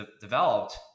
developed